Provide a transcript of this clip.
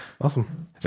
Awesome